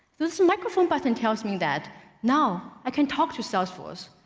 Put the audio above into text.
this microphone button tells me that now i can talk to salesforce.